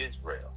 Israel